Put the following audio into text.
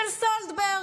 של סולברג.